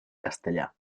castellà